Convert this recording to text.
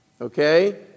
Okay